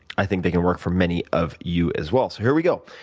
i think they can work for many of you, as well. so here we go.